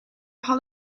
hal